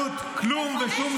הכול בסדר.